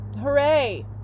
Hooray